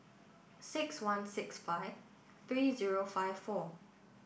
six one six five three zero five four